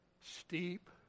steep